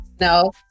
No